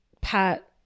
pat